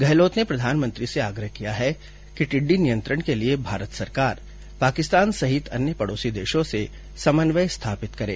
गहलोत ने प्रधानमंत्री से आग्रह किया है कि टिड्डी नियंत्रण के लिए भारत सरकार पाकिस्तान सहित अन्य पड़ौसी देशों से समन्वय स्थापित करे